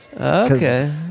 Okay